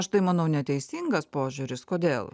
aš tai manau neteisingas požiūris kodėl